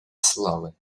славы